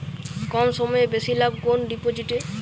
কম সময়ে বেশি লাভ কোন ডিপোজিটে?